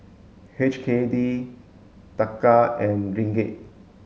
H K D Taka and Ringgit